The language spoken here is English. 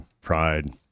pride